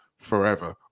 Forever